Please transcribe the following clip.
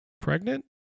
pregnant